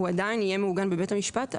הוא עדיין יהיה מעוגן בבית המשפט,